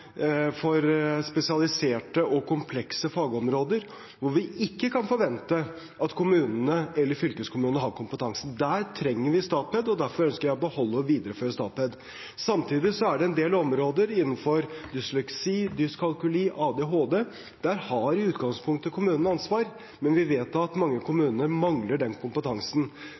spesialiserte og komplekse fagområder hvor vi ikke kan forvente at kommunene eller fylkeskommunene har kompetanse. Der trenger vi Statped, og derfor ønsker jeg å beholde og videreføre det. Samtidig er det en del områder – innenfor dysleksi, dyskalkuli, ADHD – hvor kommunene i utgangspunktet har ansvar, men vi vet at mange kommuner mangler den kompetansen.